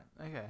Okay